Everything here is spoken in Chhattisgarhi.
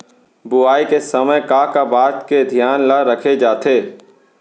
बुआई के समय का का बात के धियान ल रखे जाथे?